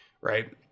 Right